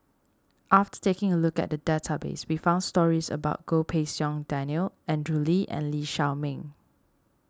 after taking a look at the database we found stories about Goh Pei Siong Daniel Andrew Lee and Lee Shao Meng